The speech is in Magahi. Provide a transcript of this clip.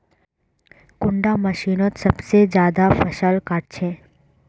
कुंडा मशीनोत सबसे ज्यादा फसल काट छै?